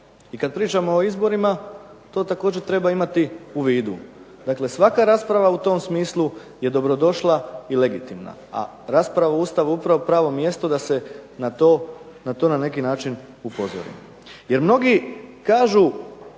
i kad pričamo o izborima to također treba imati u vidu. Dakle svaka rasprava u tom smislu je dobrodošla i legitimna, a rasprava o Ustavu upravo pravo mjesto da se na to na neki način upozori. Jer mnogi kažu